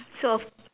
so